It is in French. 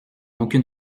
aucune